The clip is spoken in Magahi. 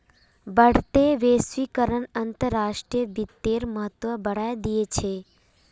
बढ़ते वैश्वीकरण अंतर्राष्ट्रीय वित्तेर महत्व बढ़ाय दिया छे